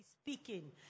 speaking